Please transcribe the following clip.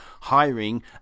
hiring